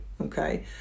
okay